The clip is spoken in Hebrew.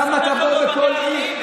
כמה, תבואו לכל עיר.